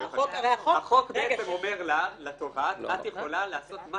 החוק אומר לתובעת: את יכולה לעשות מה